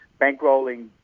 bankrolling